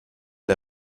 der